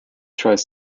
tries